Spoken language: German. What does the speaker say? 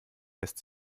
lässt